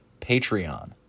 Patreon